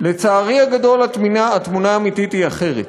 לצערי הגדול, התמונה האמיתית היא אחרת.